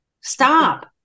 Stop